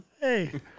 Hey